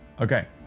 Okay